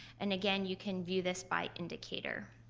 and again, you can view this by indicator.